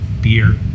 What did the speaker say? beer